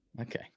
Okay